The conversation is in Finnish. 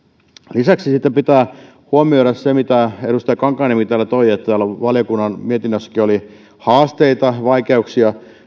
lisäksi sitten pitää huomioida se mitä edustaja kankaanniemi täällä toi että täällä valiokunnan mietinnössäkin oli haasteita vaikeuksia